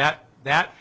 that that